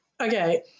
okay